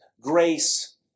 Grace